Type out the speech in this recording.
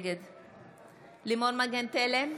נגד לימור מגן תלם,